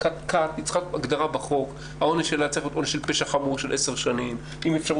הדיון הזה בין היתר